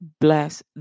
bless